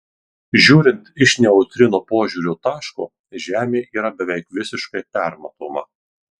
žiūrint iš neutrino požiūrio taško žemė yra beveik visiškai permatoma